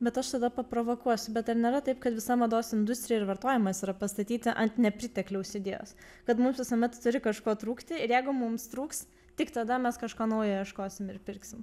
bet aš tada paprovokuosiu bet ar nėra taip kad visa mados industrija ir vartojimas yra pastatyti ant nepritekliaus idėjos kad mums visuomet turi kažko trūkti ir jeigu mums trūks tik tada mes kažko naujo ieškosim ir pirksim